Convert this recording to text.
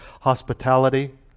hospitality